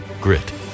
grit